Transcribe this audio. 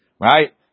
Right